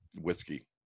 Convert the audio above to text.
whiskey